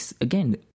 again